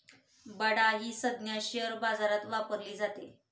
बडा ही संज्ञा शेअर बाजारात वापरली जाते